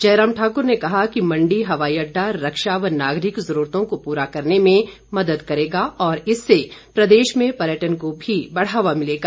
जयराम ठाक्र ने कहा कि मंडी हवाई अड्डा रक्षा व नागरिक जरूरतों को पूरा करने में मदद करेगा और इससे प्रदेश में पर्यटन को भी बढ़ावा मिलेगा